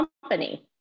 company